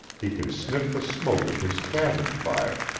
he could sniff the smoke of his cabin fire.